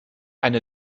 eine